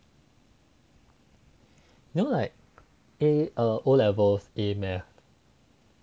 you know like a err O levels A math